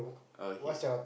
okay